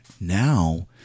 now